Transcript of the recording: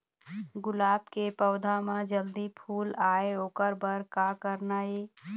गुलाब के पौधा म जल्दी फूल आय ओकर बर का करना ये?